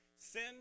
Sin